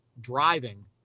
driving